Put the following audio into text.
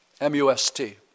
M-U-S-T